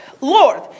Lord